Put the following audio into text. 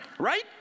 right